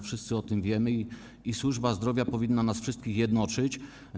Wszyscy o tym wiemy i służba zdrowia powinna nas wszystkich jednoczyć.